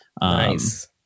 Nice